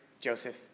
Joseph